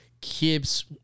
keeps